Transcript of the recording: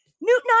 Newton